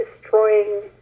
destroying